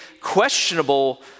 questionable